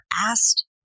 asked